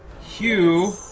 Hugh